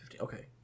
okay